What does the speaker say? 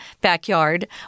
backyard